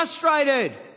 frustrated